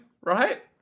Right